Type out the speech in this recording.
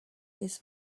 his